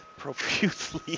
Profusely